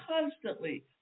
constantly